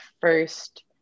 first